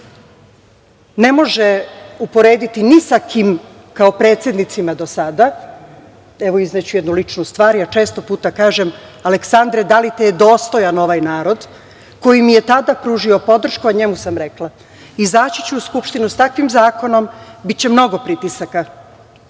ne može uporediti ni sa kim kao predsednicima do sada, evo izneću jednu ličnu stvar, ja često puta kažem - Aleksandre, da li te je dostojan ovaj narod, koji mi je tada pružio podršku, a njemu sam rekla - izaći ću u Skupštinu sa takvim zakonom, biće mnogo pritisaka.